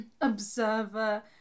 observer